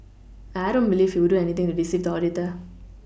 I don't believe he would do anything to deceive the auditor